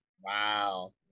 Wow